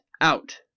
out